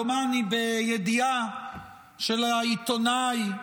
דומני בידיעה של העיתונאי,